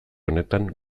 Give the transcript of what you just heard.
honetan